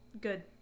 Good